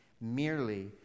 merely